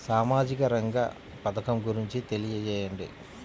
సామాజిక రంగ పథకం గురించి తెలియచేయండి?